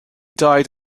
died